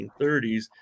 1930s